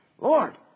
Lord